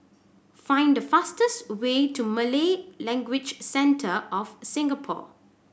find the fastest way to Malay Language Centre of Singapore